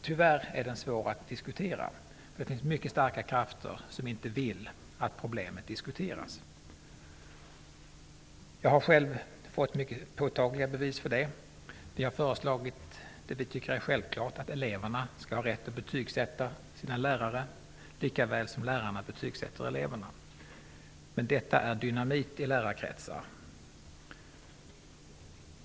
Tyvärr är den svår att diskutera därför att det finns mycket starka krafter som inte vill att problemet diskuteras. Jag har själv fått mycket påtagliga bevis för det. Vi har föreslagit det som vi tycker är självklart, att eleverna skall ha rätt att betygsätta sina lärare, lika väl som lärarna betygsätter eleverna. Men detta är dynamit i lärarkretsar.